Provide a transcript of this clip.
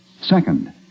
Second